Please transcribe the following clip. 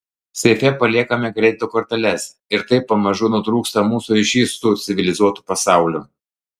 seife paliekame kredito korteles ir taip pamažu nutrūksta mūsų ryšys su civilizuotu pasauliu